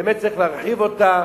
באמת צריך להרחיב אותה,